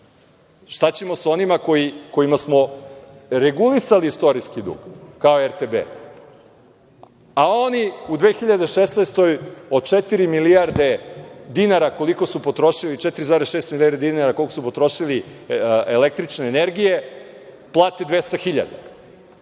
Šta ćemo sa onima kojima smo regulisali istorijski dug kao RTB, a oni u 2016. godini od četiri milijarde dinara koliko su potrošili 4,6 milijardi dinara koliko su potrošili električne energije plate 200 hiljada,